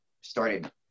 started